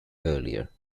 earlier